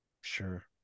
Sure